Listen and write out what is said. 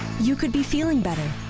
you could be feeling better,